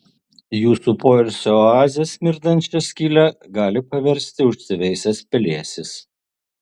jūsų poilsio oazę smirdančia skyle gali paversti užsiveisęs pelėsis